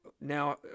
Now